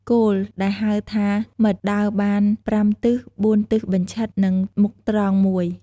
គោល ដែលហៅថាម៉ិត ដើរបាន ៥ទិស ៤ទិសបញ្ឆិត និងមុខត្រង់១។